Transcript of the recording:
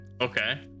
Okay